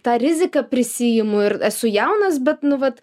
tą riziką prisiimu ir esu jaunas bet nu vat